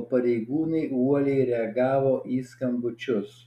o pareigūnai uoliai reagavo į skambučius